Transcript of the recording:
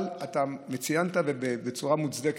אבל אתה ציינת בצורה מוצדקת: